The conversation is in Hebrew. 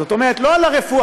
זאת אומרת, לא על הרפואה.